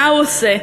מה הוא עושה?